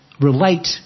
relate